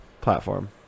platform